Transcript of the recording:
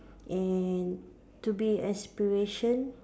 and to be inspiration